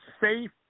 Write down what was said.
safe